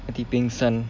nanti pengsan